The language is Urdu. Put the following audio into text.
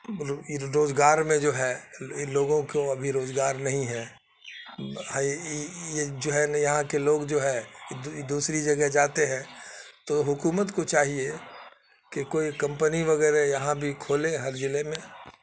روزگار میں جو ہے لوگوں کو ابھی روزگار نہیں ہے ای یہ جو ہے نا یہاں کے لوگ جو ہے دوسری جگہ جاتے ہیں تو حکومت کو چاہیے کہ کوئی کمپنی وغیرہ یہاں بھی کھولے ہر ضلع میں